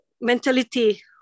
mentality